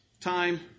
time